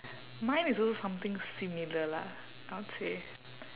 mine is also something similar lah I would say